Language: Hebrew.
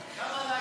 גם עליי